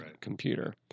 computer